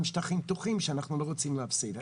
שטחים פתוחים שאנחנו לא רוצים להפסיד.